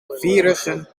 virussen